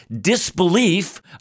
disbelief